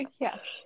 yes